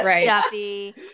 stuffy